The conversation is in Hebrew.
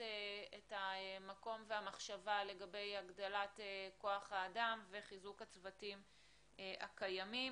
את המקום והמחשבה לגבי הגדלת כוח האדם וחיזוק הצוותים הקיימים.